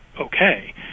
okay